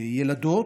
ילדות: